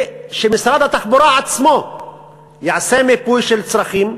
ושמשרד התחבורה עצמו יעשה מיפוי של צרכים,